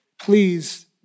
please